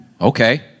okay